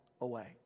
away